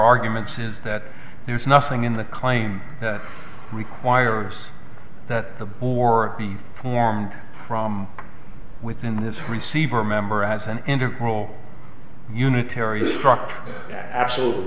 arguments is that there is nothing in the claim that requires that a bore be formed from within this receiver member as an integral unitary structure absolutely